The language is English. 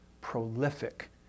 prolific